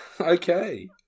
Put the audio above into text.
okay